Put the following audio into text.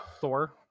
Thor